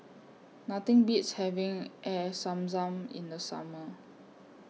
Nothing Beats having Air Zam Zam in The Summer